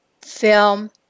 film